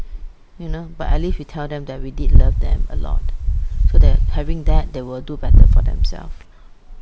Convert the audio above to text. you know but at least we tell them that we did love them a lot so that having that they will do better for themself